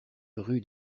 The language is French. rue